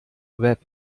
web